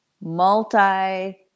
multi